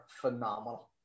phenomenal